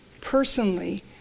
personally